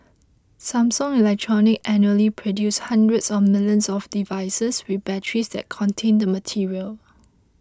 Samsung Electronics annually produces hundreds of millions of devices with batteries that contain the material